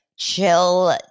Chill